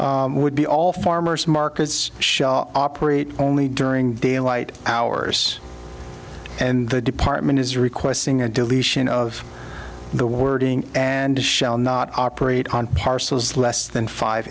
two would be all farmers markets show operate only during daylight hours and the department is requesting a dilution of the wording and the shall not operate on parcels less than five